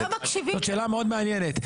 זאת שאלה מאוד מעניינת.